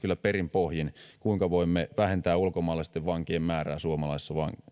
kyllä perin pohjin tämän asian kuinka voimme vähentää ulkomaalaisten vankien määrää suomalaisissa